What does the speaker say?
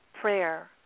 prayer